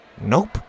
Nope